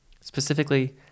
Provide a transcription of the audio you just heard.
Specifically